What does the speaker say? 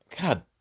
God